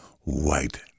White